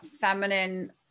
feminine